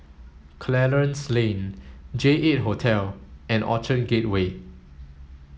Clarence Lane J eight Hotel and Orchard Gateway